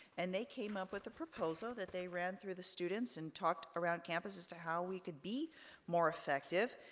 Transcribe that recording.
and they came up with a proposal that they ran through the students, and talked around campus as to how we could be more effective.